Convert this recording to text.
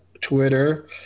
Twitter